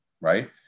Right